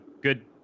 good